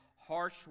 Harsh